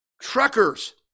truckers